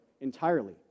entirely